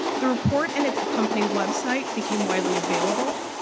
the report and its accompanying website became widely available.